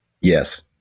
Yes